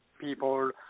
people